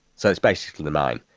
so it's basically the mine.